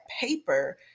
paper